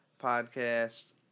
podcast